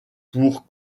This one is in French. pour